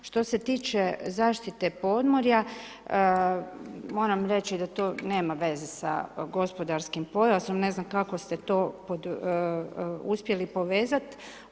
Što se tiče zaštite podmorja, moram reći da to nema veze sa gospodarskim pojasom, ne znam kako ste to uspjeli povezat.